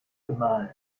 gemahlen